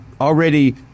already